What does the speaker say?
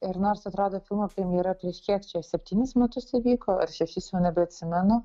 ir nors atrado filmo premjera prieš kiek čia septynis metus įvyko ar šešis jau nebeatsimenu